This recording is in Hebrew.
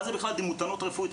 מה זה בכלל דימותנות רפואית.